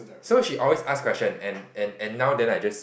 so she always ask question and and and now then I just